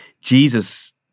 Jesus